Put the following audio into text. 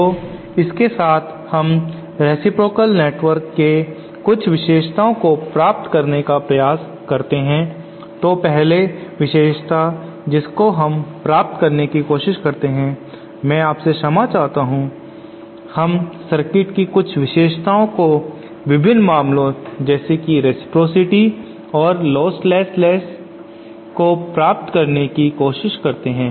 तो इसके साथ हम रेसिप्रोकाल नेटवर्क के कुछ विशेषताओं को प्राप्त करने का प्रयास करते हैं तो पहले विशेषता जिसको प्राप्त करने की कोशिश करते हैं मैं आपसे क्षमा चाहता हूं हम सर्किट की कुछ विशेषताओं को विभिन्न मामलों जैसे की रेसप्रॉसिटी और लोस्टलेससनेस्स को प्राप्त करने की कोशिश करते हैं